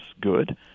good